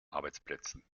arbeitsplätzen